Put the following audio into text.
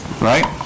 right